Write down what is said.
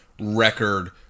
record